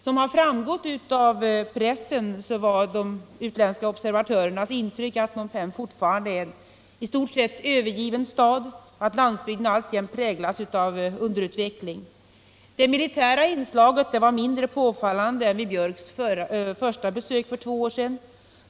Som redan framgått av pressen var de utländska observatörernas intryck att Phnom Penh fortfarande är en i stort sett övergiven stad, och att landsbygderna alltjämt präglas av underutveckling. Det militära inslaget var mindre påfallande än vid Björks första besök för två år sedan.